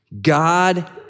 God